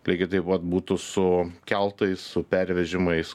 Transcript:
lygiai taip pat būtų su keltais su pervežimais